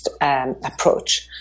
approach